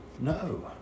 no